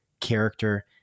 character